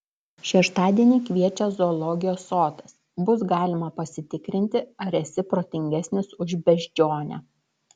šeštadienį kviečia zoologijos sodas bus galima pasitikrinti ar esi protingesnis už beždžionę